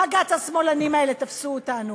בג"ץ השמאלנים האלה תפסו אותנו,